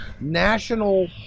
National